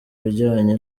ibijyanye